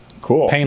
Cool